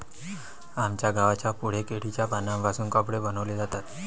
आमच्या गावाच्या पुढे केळीच्या पानांपासून कपडे बनवले जातात